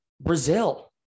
Brazil